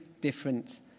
different